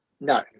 No